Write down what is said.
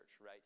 right